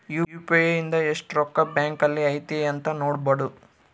UPI ಇಂದ ಎಸ್ಟ್ ರೊಕ್ಕ ಬ್ಯಾಂಕ್ ಅಲ್ಲಿ ಐತಿ ಅಂತ ನೋಡ್ಬೊಡು